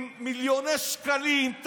עם מיליוני שקלים.